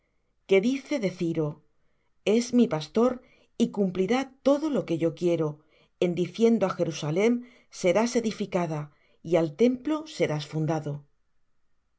que dice de ciro es mi pastor y cumplirá todo lo que yo quiero en diciendo á jerusalem serás edificada y al templo serás fundado